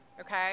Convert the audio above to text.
Okay